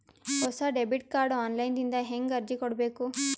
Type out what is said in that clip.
ಹೊಸ debit card online ದಿಂದ ಹೇಂಗ ಅರ್ಜಿ ಕೊಡಬೇಕು?